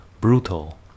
brutal